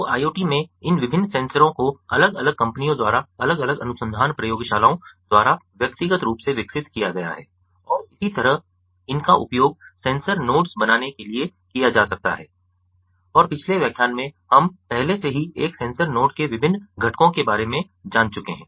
तो IoT में इन विभिन्न सेंसरों को अलग अलग कंपनियों द्वारा अलग अलग अनुसंधान प्रयोगशालाओं द्वारा व्यक्तिगत रूप से विकसित किया गया है और इसी तरह इनका उपयोग सेंसर नोड्स बनाने के लिए किया जा सकता है और पिछले व्याख्यान में हम पहले से ही एक सेंसर नोड के विभिन्न घटकों के बारे में जान चुके है